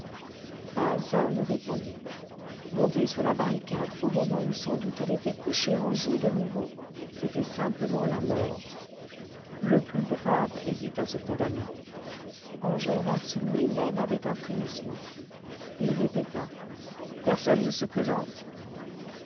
pas un ne répondit monter sur la barricade au moment où sans doute elle était couchée en joue de nouveau c'était simplement la mort le plus brave hésite à se condamner enjolras lui-même avait un frémissement il répéta personne ne se présente